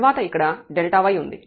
తర్వాత ఇక్కడ y ఉంది